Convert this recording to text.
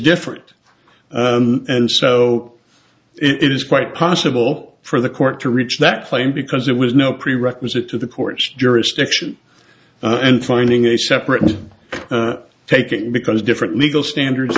different and so it is quite possible for the court to reach that claim because there was no prerequisite to the court's jurisdiction and finding a separate was taken because different legal standards